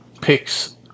picks